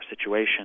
situation